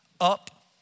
up